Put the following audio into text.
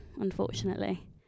unfortunately